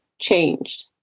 changed